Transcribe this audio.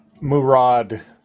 Murad